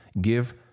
give